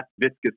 viscous